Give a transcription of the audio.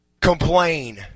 complain